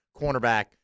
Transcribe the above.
cornerback